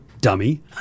dummy